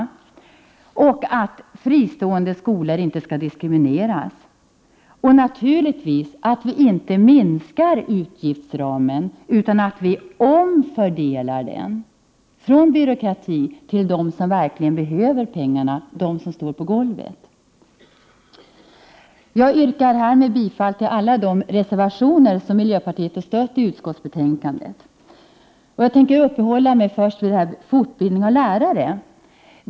Dessutom skall inte fristående skolor diskrimineras. Naturligtvis får vi inte minska utgiftsramen. I stället måste det ske en omfördelning — från byråkratin till dem som verkligen behöver pengarna, till dem som arbetar på golvet. Jag yrkar härmed bifall till alla de reservationer i utskottsbetänkandet som vi i miljöpartiet stöder. Sedan tänkte jag uppehålla mig vid fortbildningen av lärare.